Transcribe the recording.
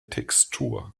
textur